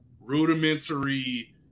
rudimentary